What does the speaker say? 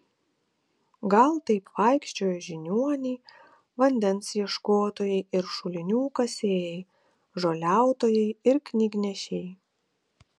gal taip vaikščiojo žiniuoniai vandens ieškotojai ir šulinių kasėjai žoliautojai ir knygnešiai